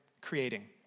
creating